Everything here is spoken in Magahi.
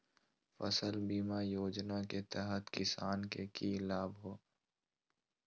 फसल बीमा योजना के तहत किसान के की लाभ होगा?